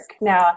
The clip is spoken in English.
Now